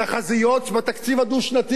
תחזיות בתקציב הדו-שנתי?